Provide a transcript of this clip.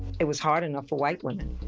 it was hard enough for white women.